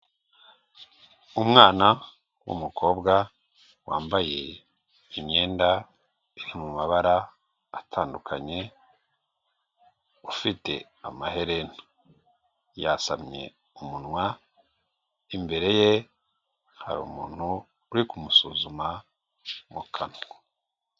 Umwana w'umukobwa wambaye imyenda iri mu mabara atandukanye ufite amaherena yasamye umunwa imbere ye hari umuntu uri kumusuzuma mu kanwa.